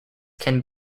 can